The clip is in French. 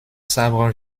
sabre